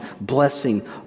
blessing